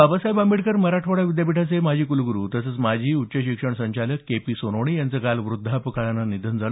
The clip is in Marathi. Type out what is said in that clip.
बाबासाहेब आंबेडकर मराठवाडा विद्यापीठाचे माजी कुलगुरू तसंच माजी उच्च शिक्षण संचालक के पी सोनवणे यांचं काल व्रद्धापकाळानं निधन झालं